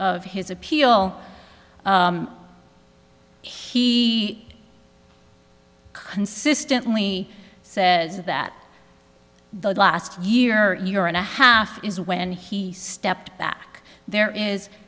of his appeal he consistently says that the last year and a half is when he stepped back there is